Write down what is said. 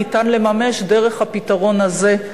ניתן לממש דרך הפתרון הזה,